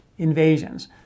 Invasions